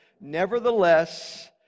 Nevertheless